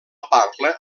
parla